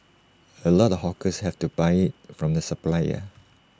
A lot of hawkers have to buy IT from the supplier